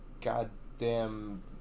goddamn